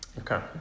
Okay